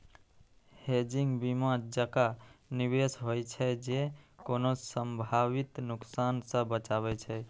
hedging बीमा जकां निवेश होइ छै, जे कोनो संभावित नुकसान सं बचाबै छै